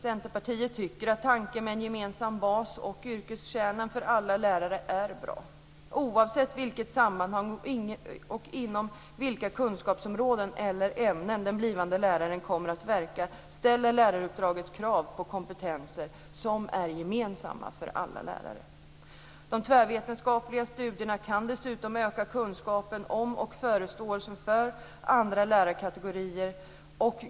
Centerpartiet tycker att tanken med en gemensam bas och yrkeskärna för alla lärare är bra. Läraruppdraget ställer krav på kompetens som är gemensamma för alla lärare, oavsett i vilket sammanhang, inom vilka kunskapsområden eller ämnen den blivande läraren kommer att verka. De tvärvetenskapliga studierna kan dessutom öka kunskapen om och förståelsen för andra lärarkategorier.